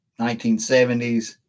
1970s